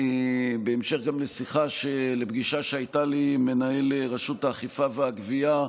בהמשך לפגישה שהייתה לי עם מנהל רשות האכיפה והגבייה,